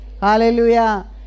Hallelujah